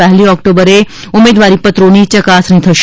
પહેલી ઓક્ટોબરે ઉમેદવારી પત્રોની ચકાસણી થશે